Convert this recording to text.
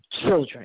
children